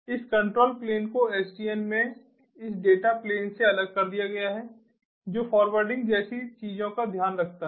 इस control plane को SDN में इस डेटा प्लेन से अलग कर दिया गया है जो फॉरवर्डिंग जैसी चीजों का ध्यान रखता है